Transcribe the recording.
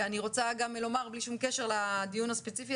ואני רוצה גם לומר בלי שום קשר לדיון הספציפי